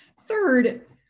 Third